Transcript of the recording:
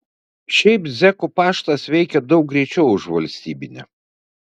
šiaip zekų paštas veikia daug greičiau už valstybinį